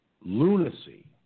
lunacy